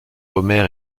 homer